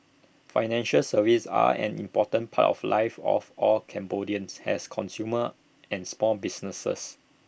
financial services are an important part of lives of all Cambodians has consumers and small businesses